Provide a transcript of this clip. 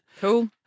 Cool